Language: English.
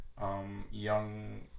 young